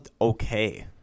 okay